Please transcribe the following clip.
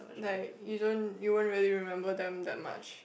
like you don't you won't really remember them that much